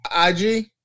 ig